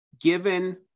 given